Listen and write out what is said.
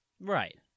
Right